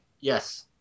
yes